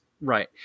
Right